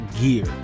gear